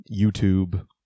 YouTube